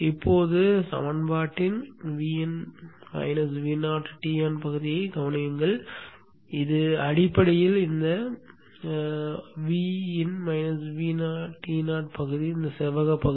இப்போது சமன்பாட்டின் Ton பகுதியைக் கவனியுங்கள் இது அடிப்படையில் இந்த செவ்வகத்தின் Ton பகுதி